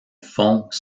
fonds